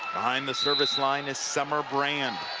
behind the service line is summer brand.